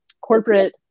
corporate